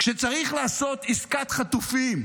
כשצריך לעשות עסקת חטופים,